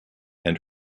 and